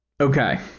okay